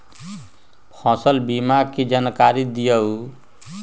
फसल बीमा के जानकारी दिअऊ?